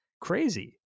crazy